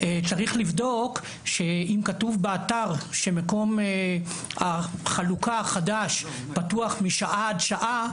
צריך לבדוק שאם כתוב באתר שמקום החלוקה החדש פתוח משעה עד שעה,